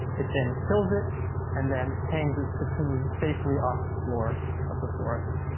it then kills it and then hangs its cocoon safely off the floor of the forest.